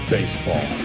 Baseball